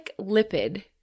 lipid